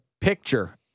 picture